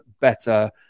better